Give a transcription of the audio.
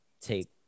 take